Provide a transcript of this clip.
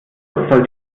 sollte